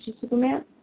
Superman